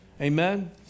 Amen